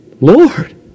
Lord